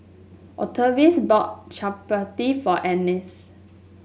Octavius bought Chapati for Annice